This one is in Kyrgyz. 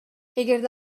эгерде